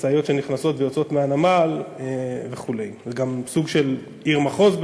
משאיות שנכנסות ויוצאות מהנמל וכו'; גם סוג של עיר מחוז,